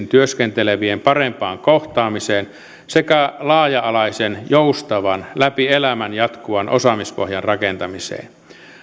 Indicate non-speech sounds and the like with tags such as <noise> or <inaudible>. <unintelligible> työskentelevien parempaan kohtaamiseen sekä laaja alaisen joustavan läpi elämän jatkuvan osaamispohjan rakentamiseen